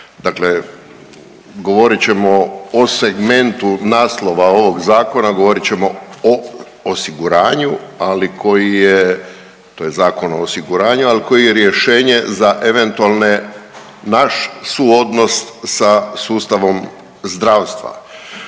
dakle govorit ćemo o segmentu naslova ovog zakona, govorit ćemo o osiguranju, ali koji je to je zakon o osiguranju, ali koji je rješenje za eventualne naš suodnos sa sustavom zdravstva.